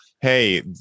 Hey